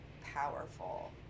powerful